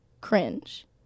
cringe